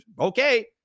Okay